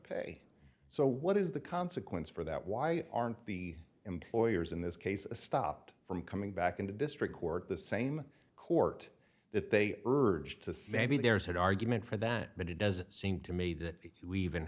pay so what is the consequence for that why aren't the employers in this case stopped from coming back into district court the same court that they urged to say maybe there's an argument for that but it does seem to me that we even